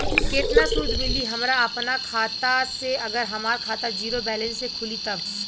केतना सूद मिली हमरा अपना खाता से अगर हमार खाता ज़ीरो बैलेंस से खुली तब?